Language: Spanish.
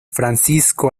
francisco